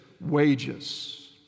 wages